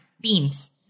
beans